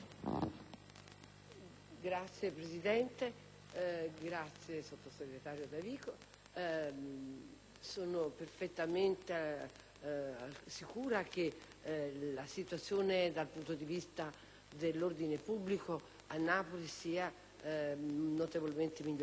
Signora Presidente, signor Sottosegretario, sono perfettamente sicura che la situazione dal punto di vista dell'ordine pubblico a Napoli sia notevolmente migliorata: